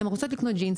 הן רוצות לקנות ג'ינס,